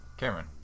Cameron